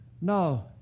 no